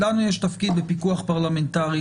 לנו יש תפקיד בפיקוח פרלמנטרי.